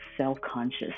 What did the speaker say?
self-conscious